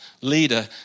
leader